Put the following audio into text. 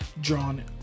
drawn